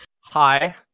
Hi